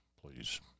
please